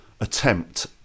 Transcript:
attempt